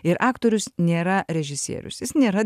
ir aktorius nėra režisierius jis nėra